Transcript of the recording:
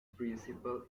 principal